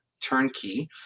turnkey